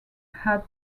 had